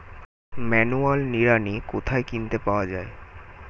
Manual নিড়ানি কোথায় কিনতে পাওয়া যায়?